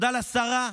תודה לשרה,